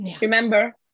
Remember